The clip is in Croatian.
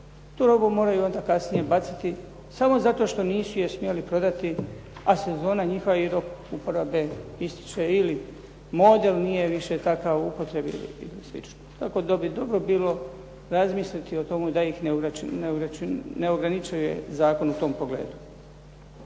Tu robu moraju onda kasnije baciti samo zato što nisu je smjeli prodati, a sezona njihove uporabe ističe ili model nije više takav u upotrebi i slično. Tako da bi dobro bilo razmisliti o tome da ih ne ograničava zakon u tom pogledu.